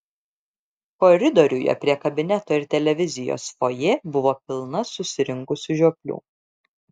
koridoriuje prie kabineto ir televizijos fojė buvo pilna susirinkusių žioplių